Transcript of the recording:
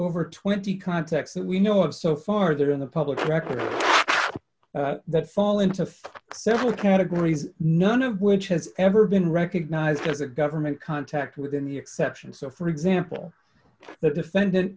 over twenty context that we know of so far there in the public record that fall into for several categories none of which has ever been recognized as a government contact within the exception so for example the defendant